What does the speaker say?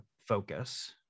focus